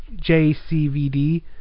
JCVD